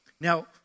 Now